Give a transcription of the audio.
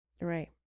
Right